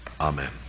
amen